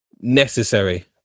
necessary